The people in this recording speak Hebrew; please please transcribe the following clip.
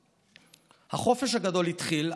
החופש הגדול התחיל,